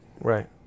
Right